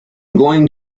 going